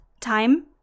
time